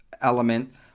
element